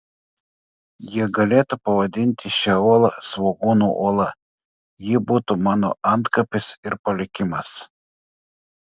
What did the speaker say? jie galėtų pavadinti šią uolą svogūnų uola ji būtų mano antkapis ir palikimas